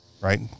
right